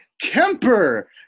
Kemper